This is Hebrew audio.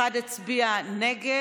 אחד הצביע נגד.